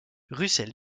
russell